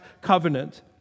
covenant